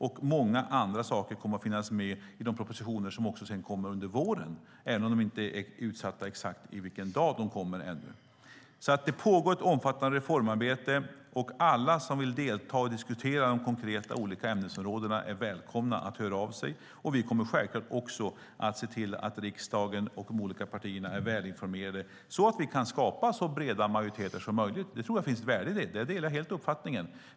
Och många andra saker kommer att finnas med i de propositioner som sedan kommer under våren, även om det ännu inte är utsatt exakt vilken dag de kommer. Det pågår alltså ett omfattande reformarbete, och alla som vill delta och diskutera de konkreta olika ämnesområdena är välkomna att höra av sig. Vi kommer självklart också att se till att riksdagen och de olika partierna är välinformerade, så att vi kan skapa så breda majoriteter som möjligt. Jag tror att det finns ett värde i det. Jag delar helt den uppfattningen.